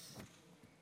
אחר